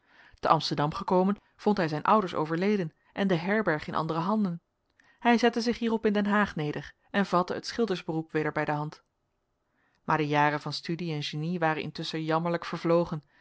te amsterdam gekomen vond hij zijn ouders overleden en de herberg in andere handen hij zette zich hierop in den haag neder en vatte het schildersberoep weder bij de hand maar de jaren van studie en genie waren intusschen jammerlijk vervlogen